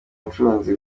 mucuruzi